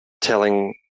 telling